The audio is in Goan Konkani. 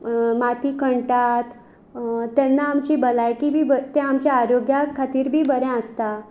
माती खणटात तेन्ना आमची भलायकी बी ब तें आमच्या आरोग्याक खातीर बी बरें आसता